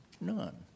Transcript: None